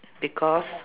because